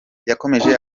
yakomeje